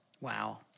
Wow